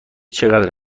چقدر